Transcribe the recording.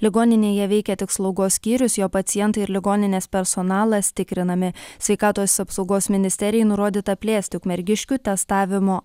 ligoninėje veikia tik slaugos skyrius jo pacientai ir ligoninės personalas tikrinami sveikatos apsaugos ministerijai nurodyta plėsti ukmergiškių testavimo